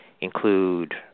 include